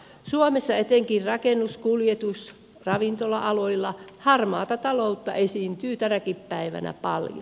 suomessa etenkin rakennus kuljetus ja ravintola aloilla harmaata taloutta esiintyy tänäkin päivänä paljon